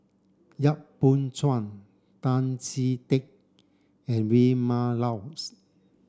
Yap Boon Chuan Tan Chee Teck and Vilma Laus